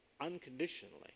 unconditionally